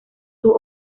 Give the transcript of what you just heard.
sus